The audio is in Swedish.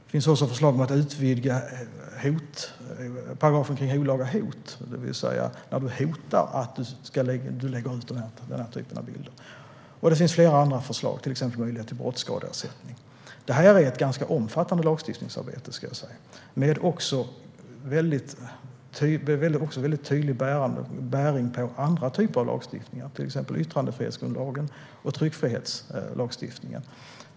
Det finns också förslag om att utvidga paragrafen kring olaga hot. Det handlar alltså om hot om att lägga ut den här typen av bilder. Det finns flera andra förslag, till exempel om möjlighet till brottsskadeersättning. Det är ett ganska omfattande lagstiftningsarbete med en väldigt tydlig bäring på andra typer av lagstiftningar, till exempel yttrandefrihetsgrundlagen och tryckfrihetslagstiftningen.